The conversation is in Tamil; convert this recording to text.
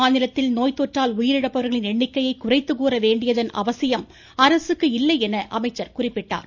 மாநிலத்தில் நோய் தொற்றால் உயிரிழப்பவர்களின் எண்ணிக்கையை குறைத்து கூற வேண்டியதன் அவசியம் அரசுக்கு இல்லை என அமைச்சர் குறிப்பிட்டார்